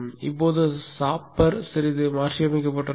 இப்போது ஷாப்பர் சிறிது மாற்றியமைக்கப்பட்டுள்ளது